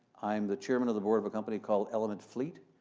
i'm the chairman of the board of a company called element fleet.